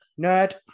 Nerd